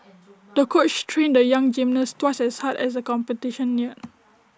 the coach trained the young gymnast twice as hard as the competition neared